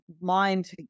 mind